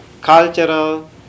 cultural